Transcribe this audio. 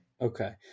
Okay